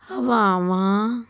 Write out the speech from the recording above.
ਹਵਾਵਾਂ